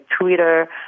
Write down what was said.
Twitter